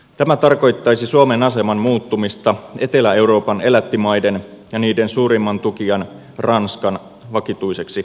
tämä tarkoittaisi suomen aseman muuttumista etelä euroopan elättimaiden ja niiden suurimman tukijan ranskan vakituiseksi luotottajaksi